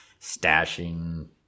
stashing